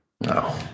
No